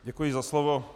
Děkuji za slovo.